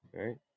Right